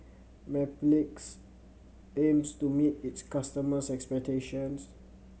Mepilex aims to meet its customers' expectations